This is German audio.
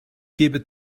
gebe